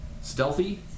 stealthy